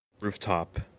rooftop